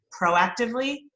proactively